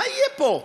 מה יהיה פה?